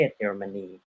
Germany